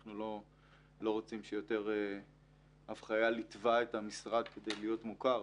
אנחנו לא רוצים יותר שאף חייל יתבע את המשרד כדי להיות מוכר,